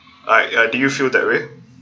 right do you feel that way